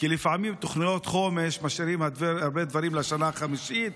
כי לפעמים תוכניות חומש משאירות הרבה דברים לשנה החמישית,